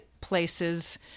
places